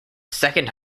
second